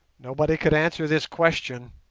nobody could answer this question,